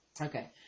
Okay